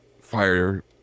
fire